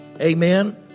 Amen